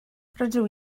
rydw